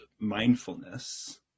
Mindfulness